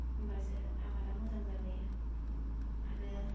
होम्बासो आबादा मोजां जाबोयो आरो